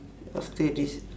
after this